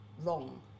wrong